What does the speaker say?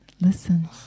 listen